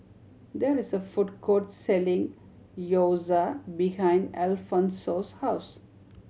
there is a food court selling Gyoza behind Alfonso's house